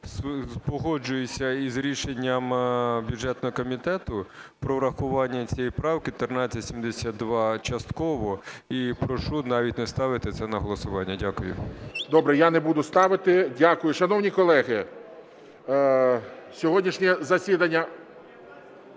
погоджуюся із рішенням бюджетного комітету про врахування цієї правки (1372) частково і прошу навіть не ставити це на голосування. Дякую. ГОЛОВУЮЧИЙ. Добре, я не буду ставити. Дякую. Шановні колеги! Сьогоднішнє засідання…